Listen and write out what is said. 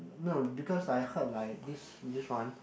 no because I head like this this one